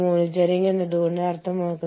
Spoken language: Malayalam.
അതിനാൽ ഇത് ഇനി ഇരുചക്രവാഹനം മാത്രമല്ല